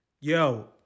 Yo